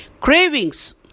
Cravings